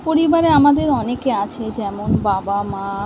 পরিবারে আমাদের অনেকে আছে যেমন বাবা মা